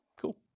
Cool